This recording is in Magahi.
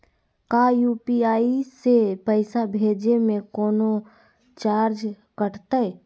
का यू.पी.आई से पैसा भेजे में कौनो चार्ज कटतई?